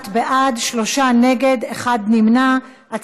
31 בעד, שלושה נגד, נמנע אחד.